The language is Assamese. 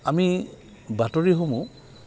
আমি বাতৰিসমূহ